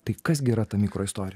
tai kas gi yra ta mikroistorija